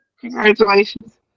Congratulations